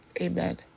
amen